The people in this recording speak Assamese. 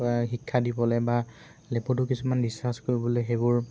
শিক্ষা দিবলৈ বা লেবতো কিছুমান ৰিচাৰ্ছ কৰিবলৈ সেইবোৰ